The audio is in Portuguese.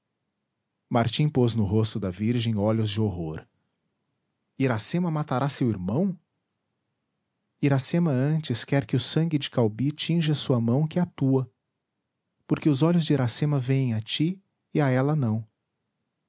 martim pôs no rosto da virgem olhos de horror iracema matará seu irmão iracema antes quer que o sangue de caubi tinja sua mão que a tua porque os olhos de iracema vêem a ti e a ela não